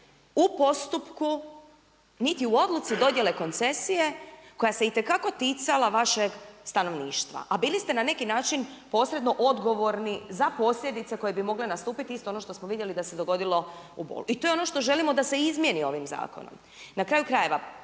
u postupku niti u odluci dodjele koncesije koja se itekako ticala vašeg stanovništva a bili ste na neki način posredno odgovorni za posljedice koje bi mogle nastupiti. Isto ono što smo vidjeli da se dogodilo u Bolu. I to je ono što želimo da se izmijeni ovim zakonom. Na kraju krajeva,